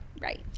right